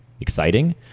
exciting